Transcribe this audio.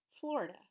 Florida